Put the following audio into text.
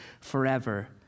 forever